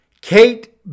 Kate